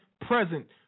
present